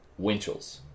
Winchells